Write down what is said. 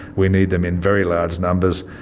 we need them in very large numbers.